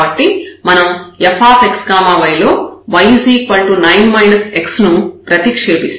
కాబట్టి మనం fx y లో y 9 x ను ప్రతిక్షేపిస్తాము